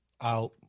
out